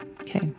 Okay